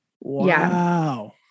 wow